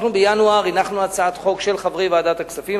בינואר הנחנו הצעת חוק של חברי ועדת הכספים,